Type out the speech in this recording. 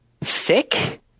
thick